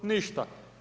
Ništa.